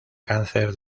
cáncer